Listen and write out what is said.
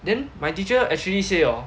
then my teacher actually say orh